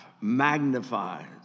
magnifies